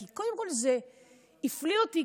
כי קודם כול זה הפליא אותי,